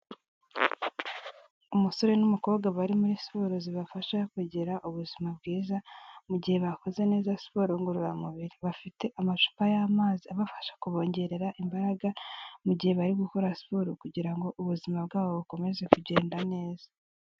Umusore n'umukobwa bari muri siporo zibafasha kugira ubuzima bwiza mu gihe bakoze neza siporo ngororamubiri, bafite amacupa y'amazi abafasha kubongerera imbaraga, mu gihe bari gukora siporo kugira ngo ubuzima bwabo bukomeze kugenda neza.